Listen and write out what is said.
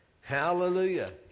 Hallelujah